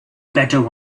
better